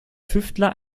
tüftler